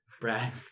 Brad